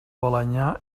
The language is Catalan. balenyà